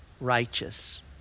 righteous